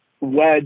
wedge